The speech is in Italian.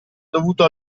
dovuto